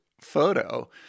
photo